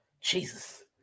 Jesus